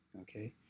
okay